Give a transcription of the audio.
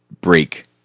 break